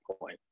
point